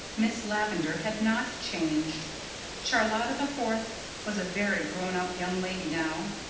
miss lavendar had not changed charlotta the fourth was a very grown-up young lady now,